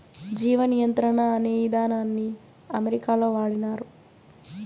జీవ నియంత్రణ అనే ఇదానాన్ని అమెరికాలో వాడినారు